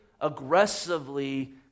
aggressively